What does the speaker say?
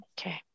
Okay